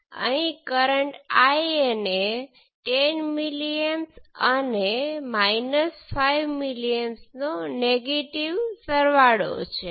આમાંથી આપણે જોઈએ છીએ કે V1 એ 2 3 કિલો Ωs I1 છે અને આપણે જાણીએ છીએ કે V2 આ સમગ્રમાં વોલ્ટેજ ડ્રોપ છે